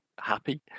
happy